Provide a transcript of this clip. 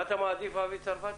מה אתה מעדיף, אבי צרפתי?